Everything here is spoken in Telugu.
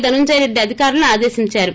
ధనుంజయరెడ్లి అధికారులను ఆదేశించారు